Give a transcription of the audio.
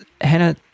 Hannah